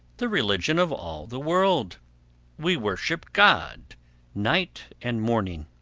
the religion of all the world we worship god night and morning.